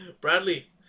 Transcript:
bradley